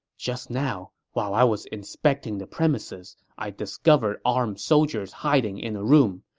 just now, while i was inspecting the premises, i discovered armed soldiers hiding in a room.